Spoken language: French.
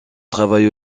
travail